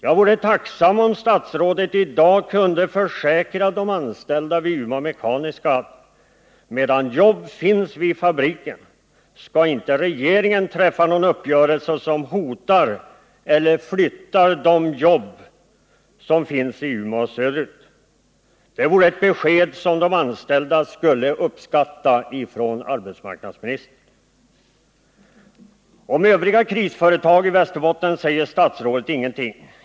Jag vore tacksam om statsrådet i dag kunde försäkra de anställda vid Umeå Mekaniska att medan jobb finns vid fabriken skall inte regeringen träffa någon uppgörelse som hotar eller flyttar de jobb, som finns i Umeå, söderut. Det vore ett besked från arbetsmarknadsministern som de anställda skulle uppskatta. Om övriga krisföretag i Västerbotten säger statsrådet ingenting.